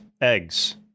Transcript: eggs